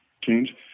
change